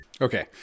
Okay